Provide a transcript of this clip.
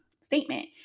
statement